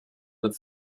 that